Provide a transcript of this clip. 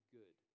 good